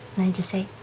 and i just say